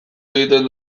egiten